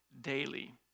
daily